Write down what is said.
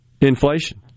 inflation